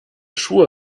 schuhe